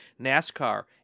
NASCAR